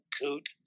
coot